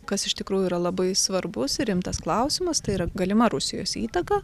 kas iš tikrųjų yra labai svarbus ir rimtas klausimas tai yra galima rusijos įtaką